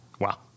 Wow